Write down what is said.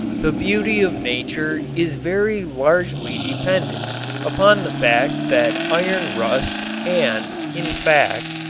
the beauty of nature is very largely dependent upon the fact that iron rust and, in fact,